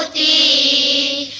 e